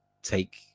Take